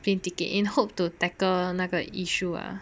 plane ticket in hope to tackle 那个 issue ah